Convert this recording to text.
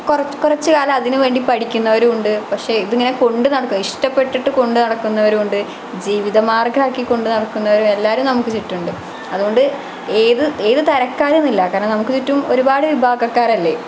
കുറച്ചുകാലം അതിനുവേണ്ടി പഠിക്കുന്നവരും ഉണ്ട് പക്ഷേ ഇതിനെ കൊണ്ടുനടക്കാൻ ഇഷ്ടപ്പെട്ടിട്ടു കൊണ്ടു നടക്കുന്നവരും ഉണ്ട് ജീവിതമാർഗം ആക്കി കൊണ്ടുനടക്കുന്നവരും എല്ലാവരും നമുക്ക് ചുറ്റുമുണ്ട് അതുകൊണ്ട് ഏതു തരക്കാര് എന്നില്ല കാരണം നമുക്ക് ചുറ്റും ഒരുപാട് വിഭാഗക്കാരല്ലേ